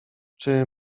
czy